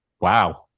Wow